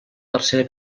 tercera